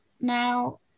now